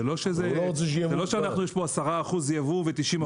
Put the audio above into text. זה לא שיש פה 10% ייבוא ו-90% מקומי,